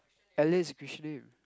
Elliot is a christian name